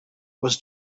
was